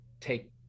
take